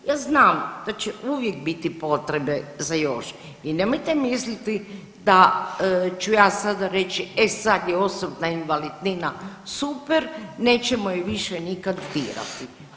Ja znam da će uvijek biti potrebe za još i nemojte misliti da ću ja sada reći, e sad je osobna invalidnina super, nećemo ju više nikad dirati.